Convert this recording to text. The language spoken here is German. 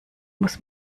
muss